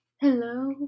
Hello